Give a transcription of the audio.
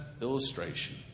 illustration